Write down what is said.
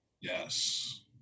Yes